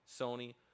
Sony